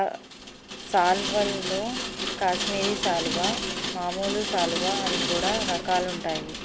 సాల్వల్లో కాశ్మీరి సాలువా, మామూలు సాలువ అని కూడా రకాలుంటాయి